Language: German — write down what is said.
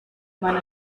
meiner